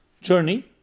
journey